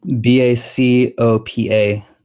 B-A-C-O-P-A